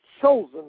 chosen